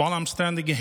while I am standing here